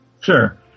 Sure